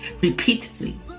Repeatedly